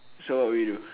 so what will you do